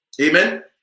Amen